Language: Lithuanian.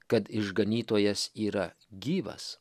kad išganytojas yra gyvas